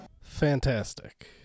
fantastic